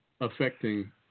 affecting